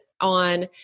On